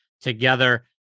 together